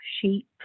sheep